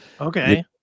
okay